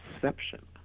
perception